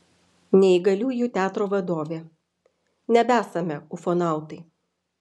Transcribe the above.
neįgaliųjų teatro vadovė nebesame ufonautai